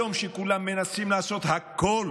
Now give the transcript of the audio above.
היום, כשכולם מנסים לעשות הכול